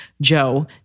Joe